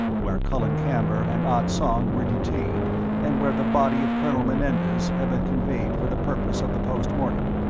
where colin camber and ah tsong were detained and where the body of colonel menendez had been conveyed for the purpose of the post-mortem.